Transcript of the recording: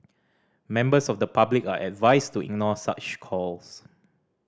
members of the public are advised to ignore such calls